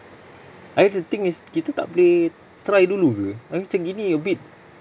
abeh the thing is kita tak boleh try dulu ke abeh macam gini a bit